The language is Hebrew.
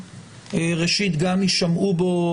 ראשית גם יישמעו בו,